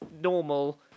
normal